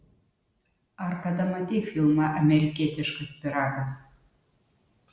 ar kada matei filmą amerikietiškas pyragas